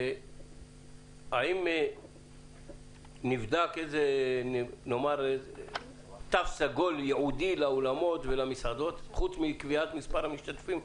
האם נבדק תו סגול ייעודי לאולמות ולמסעדות חוץ מקביעת מספר המשתתפים?